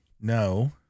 no